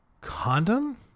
condom